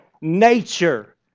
nature